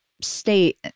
state